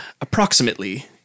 approximately